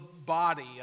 body